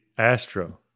astro